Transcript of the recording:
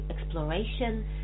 exploration